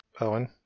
Owen